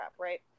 right